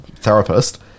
therapist